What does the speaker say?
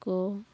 ᱠᱚ